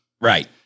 Right